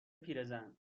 پیرزن